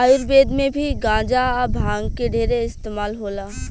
आयुर्वेद मे भी गांजा आ भांग के ढेरे इस्तमाल होला